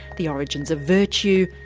the origins of virtue,